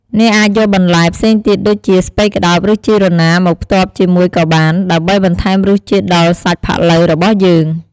អ្នកអាចយកបន្លែផ្សេងទៀតដូចជា ស្ពៃក្ដោប ឬជីរណាមកផ្ទាប់ជាមួយក៏បាន ដើម្បីបន្ថែមរសជាតិដល់សាច់ផាក់ឡូវរបស់យើង។